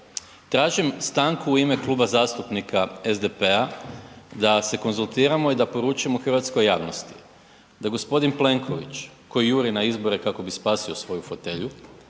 Tražim stanku u ime Kluba zastupnika SDP-a da se konzultiramo i da poručimo hrvatskoj javnosti da g. Plenković koji juri na izbore kako bi spasio svoju fotelju